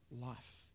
life